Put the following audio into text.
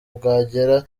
bwagera